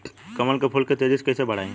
कमल के फूल के तेजी से कइसे बढ़ाई?